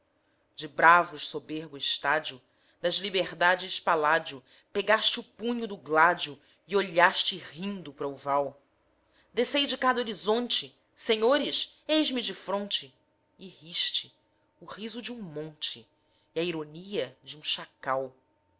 de bravos soberbo estádio das liberdades paládio pegaste o punho do gládio e olhaste rindo pra o val descei de cada horizonte senhores eis-me de fronte e riste o riso de um monte e a ironia de um chacal